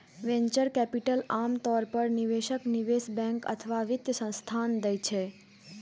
venture capital आम तौर पर निवेशक, निवेश बैंक अथवा वित्त संस्थान दै छै